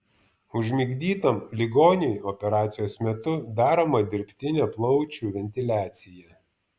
užmigdytam ligoniui operacijos metu daroma dirbtinė plaučių ventiliacija